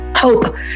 Hope